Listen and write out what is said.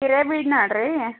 ಹಿರೇಬೀಡ್ನಾಳು ರೀ